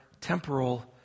temporal